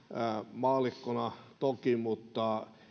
maallikkona toki